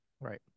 Right